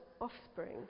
offspring